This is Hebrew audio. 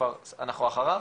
אנחנו כבר אחריו,